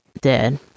dead